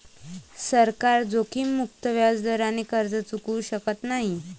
सरकार जोखीममुक्त व्याजदराने कर्ज चुकवू शकत नाही